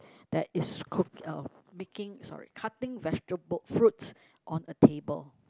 that is cook uh making sorry cutting vegetable fruits on a table